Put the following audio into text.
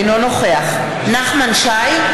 אינו נוכח נחמן שי,